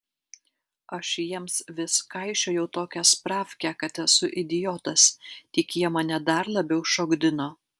aš jiems vis kaišiojau tokią spravkę kad esu idiotas tik jie mane dar labiau šokdino